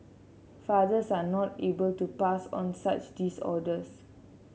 fathers are not able to pass on such disorders